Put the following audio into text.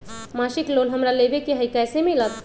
मासिक लोन हमरा लेवे के हई कैसे मिलत?